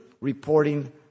reporting